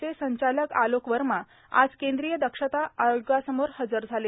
चे संचालक आलोक वर्मा आज केंद्रीय दक्षता आयोगासमोर हजर झाले